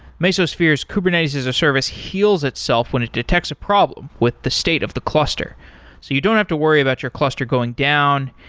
mesosphere's kubernetes-as-a-service heals itself when it detects a problem with the state of the cluster, so you don't have to worry about your cluster going down.